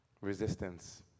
resistance